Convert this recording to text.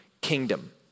kingdom